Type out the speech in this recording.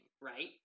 right